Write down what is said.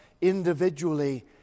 individually